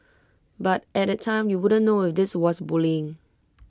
but at that time you wouldn't know if this was bullying